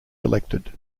elected